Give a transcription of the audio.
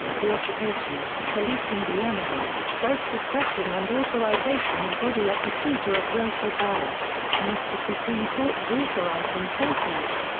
the occupation policing the enemy both discretion and authorization embody a procedure of racial bias, in which the supreme court has authorized enforcement.